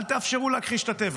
אל תאפשרו להכחיש את הטבח,